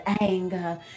anger